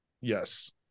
Yes